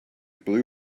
blue